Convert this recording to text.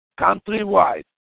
Countrywide